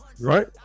right